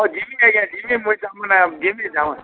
ହଁ ଯିମି ନାଇ କାଏଁ ଯିମି ମୁଇଁ ତା'ର୍ମାନେ ଯିମି ତା'ର୍ମାନେ